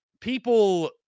people